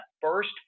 first